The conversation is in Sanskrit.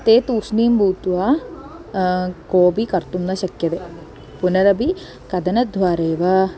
ते तूष्णीं भूत्वा कोऽपि कर्तुं न शक्यते पुनरपि कथनद्वारेव